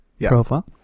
profile